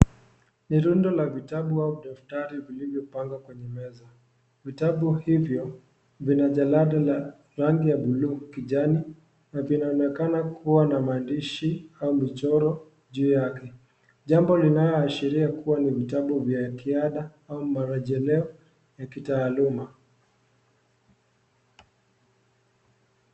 Ni rundu la vitabu au daftari vilivyopangwa kwenye meza . Vitabu hivyo vina jalada la rangi ya buluu kijani na vinaonekana kuwa na maandishi au michoro juu yake . Jambo linaloashiria kuwa ni vitabu vya ziada au marejeleo ya kitaaluma.